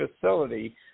facility